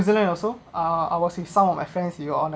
zealand also uh I was with some of my friends we’re on a